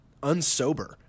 unsober